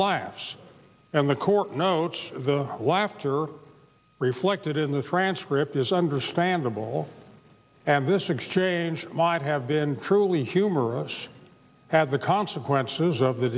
laughs and the court notes the laughter reflected in the transcript is understandable and this exchange might have been truly humorous had the consequences of th